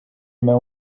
know